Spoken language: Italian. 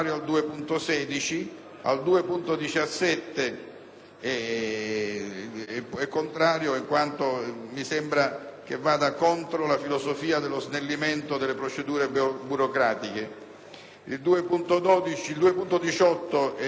e 2.22 c'è un invito al ritiro.